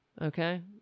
Okay